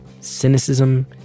Cynicism